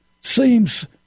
seems